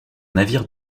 navire